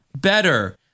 better